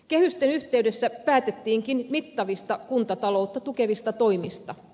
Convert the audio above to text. kehysten yhteydessä päätettiinkin mittavista kuntataloutta tukevista toimista